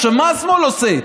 עכשיו, מה השמאל עושה?